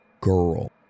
girl